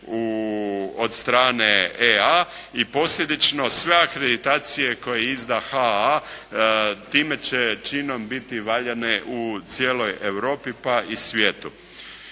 od strane EA i posljedično sve akreditacije koje izda HAA time će činom biti valjane u cijeloj Europi pa i svijetu.